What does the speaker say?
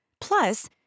Plus